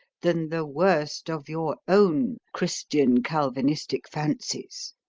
than the worst of your own christian calvinistic fancies.